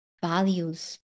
values